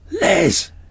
Les